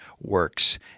works